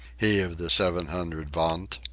he of the seven hundred vaunt.